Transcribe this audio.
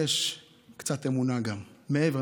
יש קצת אמונה גם מעבר.